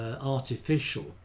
artificial